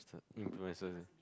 is the influencer